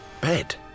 Bed